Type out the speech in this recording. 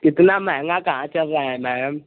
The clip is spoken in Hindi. इतना महंगा कहाँ चल रहा है मैम